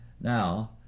Now